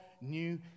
new